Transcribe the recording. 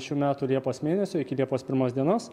šių metų liepos mėnesio iki liepos pirmos dienos